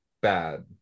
bad